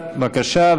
בבקשה,